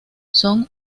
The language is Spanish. son